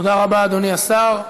תודה רבה, אדוני השר.